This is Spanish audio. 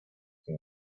sin